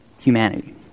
humanity